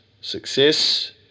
success